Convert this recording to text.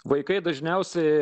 vaikai dažniausiai